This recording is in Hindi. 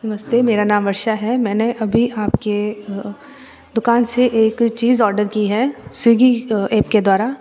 नमस्ते मेरा नाम वर्षा है मैंने अभी आपके दुकान से एक चीज़ ऑर्डर की है स्विगी एप के द्वारा